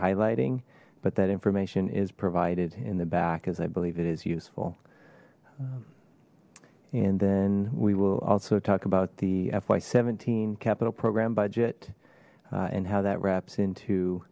highlighting but that information is provided in the back as i believe it is useful and then we will also talk about the fy seventeen capital program budget and how that wraps into